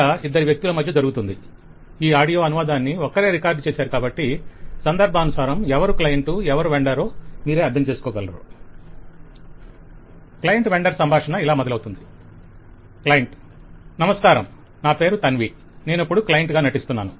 "client vendor సంభాషణ ఇలా మొదలవుతుంది" క్లయింట్ నమస్కారం నా పేరు తన్వి నేనుప్పుడు క్లయింట్ గా నటిస్తున్నాను